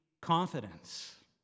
confidence